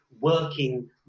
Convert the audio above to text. working